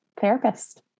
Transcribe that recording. therapist